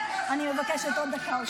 אני מבקשת עוד דקה או שתיים.